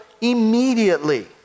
immediately